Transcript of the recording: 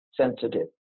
sensitive